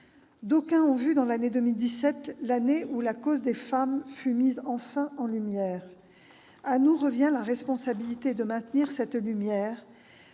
D'aucuns ont vu dans l'année 2017 celle où la cause des femmes fut mise, enfin, en lumière. Nous revient la responsabilité de maintenir cette lumière